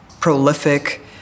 prolific